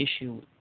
issue